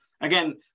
again